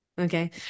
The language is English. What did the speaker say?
Okay